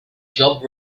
job